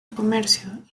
comercio